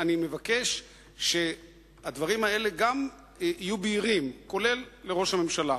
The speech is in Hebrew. אני מבקש שהדברים האלה יהיו בהירים גם לראש הממשלה.